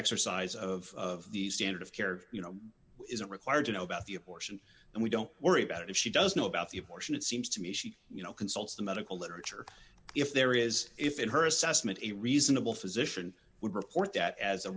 exercise of the standard of care you know isn't required to know about the abortion and we don't worry about it if she does know about the abortion it seems to me she you know consults the medical literature if there is if in her assessment a reasonable physician would report that as a